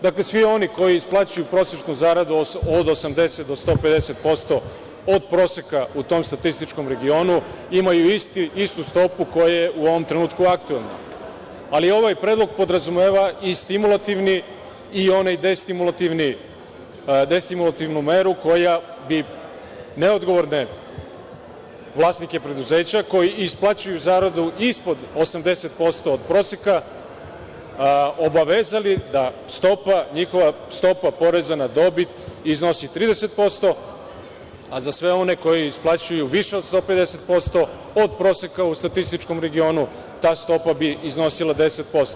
Dakle, svi oni koji isplaćuju prosečnu zaradu od 80 do 150% od proseka u tom statističkom regionu imaju istu stopu koja je u ovom trenutku aktuelna, ali ovaj predlog podrazumeva i stimulativni i onaj destimulativni, destimulativnu meru koja bi neodgovorne vlasnike preduzeća koji isplaćuju zaradu ispod 80% od proseka obavezali da njihova stopa poreza na dobit iznosi 30%, a za sve one koji isplaćuju više od 150% od proseka u statističkom regionu, ta stopa bi iznosila 10%